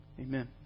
Amen